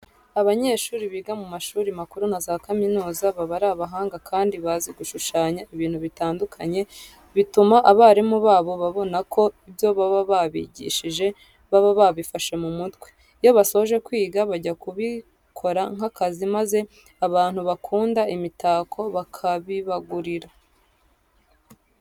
Abanyeshuri biga mu mashuri makuru na za kaminuza baba ari abahanga kandi bazi gushushanya ibintu bitandukanye, bituma abarimu babo babona ko ibyo baba babigishije baba babifashe mu mutwe. Iyo basoje kwiga bajya kubikora nk'akazi maze abantu bakunda imitako bakabibagurira.